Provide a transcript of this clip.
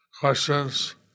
questions